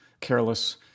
careless